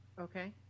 Okay